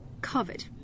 covered